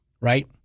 Right